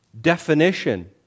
definition